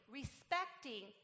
respecting